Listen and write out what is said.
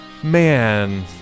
man